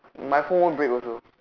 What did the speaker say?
my phone won't break also